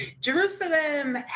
Jerusalem